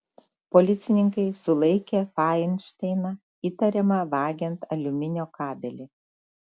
policininkai sulaikė fainšteiną įtariamą vagiant aliuminio kabelį